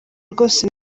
rwose